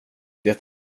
det